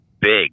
big